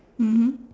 mmhmm